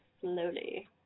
slowly